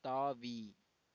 தாவி